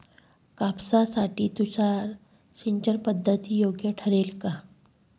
कापसासाठी तुषार सिंचनपद्धती योग्य ठरेल का?